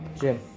Jim